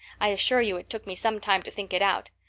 i assure you it took me some time to think it out.